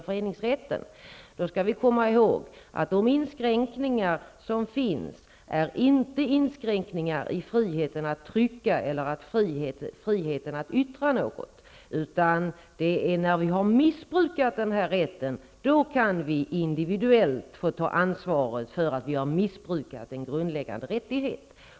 Men då skall vi komma ihåg att de inskränkningar som finns inte är inskränkningar i friheten att trycka eller friheten att yttra något. Det är när vi har missbrukat denna rätt som vi individuellt kan få ta ansvaret för missbruket av en grundläggande rättighet.